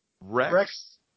Rex